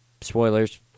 spoilers